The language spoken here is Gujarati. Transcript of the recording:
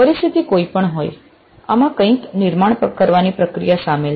પરિસ્થિતિ કોઈ પણ હોય આમાં કંઈક નિર્માણ કરવાની પ્રક્રિયા સામેલ છે